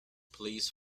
please